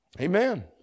Amen